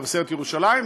מבשרת-ירושלים,